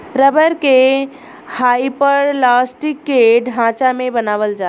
rubber के hyperelastic के ढांचा में बनावल जाला